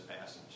passage